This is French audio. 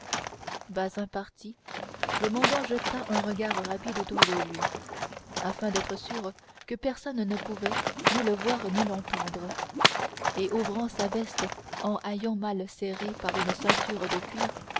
bazin parti le mendiant jeta un regard rapide autour de lui afin d'être sûr que personne ne pouvait ni le voir ni l'entendre et ouvrant sa veste en haillons mal serrée par une ceinture de cuir